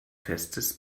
festes